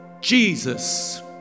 Jesus